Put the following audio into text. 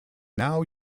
now